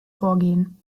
vorgehen